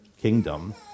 kingdom